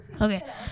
okay